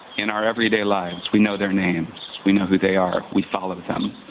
in our everyday lives, we know their names, we know who they are, we follow them,